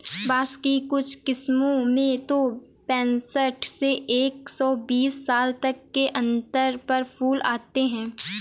बाँस की कुछ किस्मों में तो पैंसठ से एक सौ बीस साल तक के अंतर पर फूल आते हैं